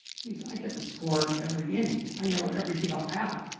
geez, i get the score every inning. i know every single out.